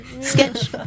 Sketch